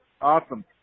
awesome